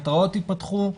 תיאטראות יפתחו.